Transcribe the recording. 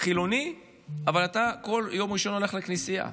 חילוני אבל אתה כל יום ראשון הולך לכנסייה,